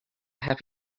have